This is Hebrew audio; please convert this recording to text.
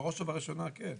בראש וראשונה כן.